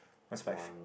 what's five